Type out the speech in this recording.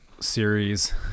series